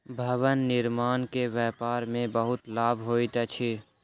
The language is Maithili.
भवन निर्माण के व्यापार में बहुत लाभ होइत अछि